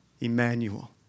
Emmanuel